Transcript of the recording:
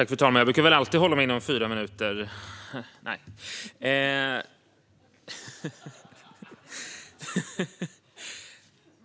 Fru talman!